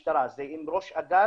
זה הפרקליטות והמשטרה, זה עם ראש אג"ת,